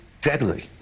deadly